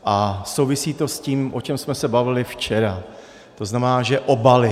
A souvisí to s tím, o čem jsme se bavili včera, to znamená obaly.